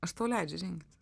aš tau leidžiu rinkti